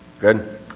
Good